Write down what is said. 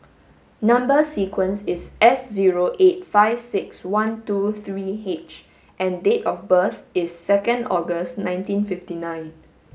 number sequence is S zero eight five six one two three H and date of birth is second August nineteen fifty nine